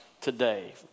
today